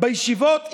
בישיבות נמוכה.